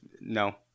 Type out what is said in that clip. No